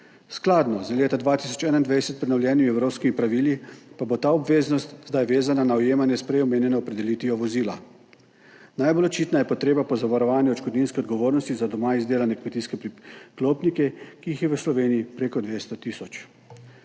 Skladno z leta 2021 prenovljenimi evropskimi pravili pa bo ta obveznost zdaj vezana na ujemanje s prej omenjeno opredelitvijo vozila. Najbolj očitna je potreba po zavarovanju odškodninske odgovornosti za doma izdelane kmetijske priklopnike, ki jih je v Sloveniji prek 200 tisoč.